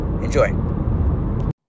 Enjoy